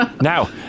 Now